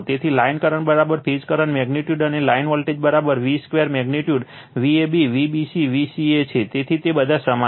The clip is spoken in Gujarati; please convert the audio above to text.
તેથી line current phase current magnitude અને line voltage v square magnitude Vab Vbc Vca છે તેથી તે બધા સમાન છે